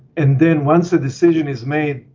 and then once the decision is made